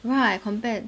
right compared